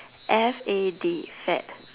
F A D fad